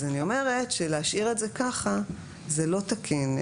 אז אני אומרת שלהשאיר את זה ככה זה לא תקין.